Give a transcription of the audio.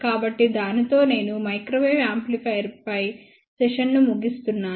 కాబట్టి దానితో నేను మైక్రోవేవ్ యాంప్లిఫైయర్ పై సెషన్ను ముగిస్తున్నాను